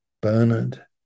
Bernard